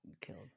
killed